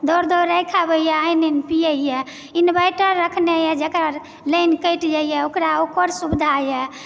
दौड़ दौड़ राखि आबैए आ आनि आनि पियैए इन्वर्टर रखने येए जकर लाइन कटि जाइए ओकरा ओकर सुविधा येए